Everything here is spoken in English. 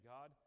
God